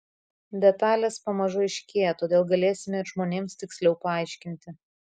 detalės pamažu aiškėja todėl galėsime ir žmonėms tiksliau paaiškinti